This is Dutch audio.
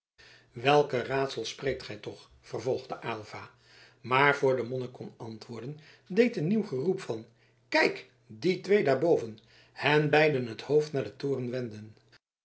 welke raadsels spreekt gij toch vervolgde aylva maar voor de monnik kon antwoorden deed een nieuw geroep van kijk die twee daarboven hen beiden het hoofd naar den toren wenden